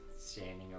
standing